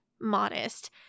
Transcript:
modest